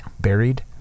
buried